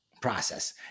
process